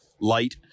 light